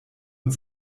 und